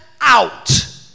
out